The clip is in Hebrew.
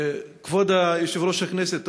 כבוד יושב-ראש הכנסת,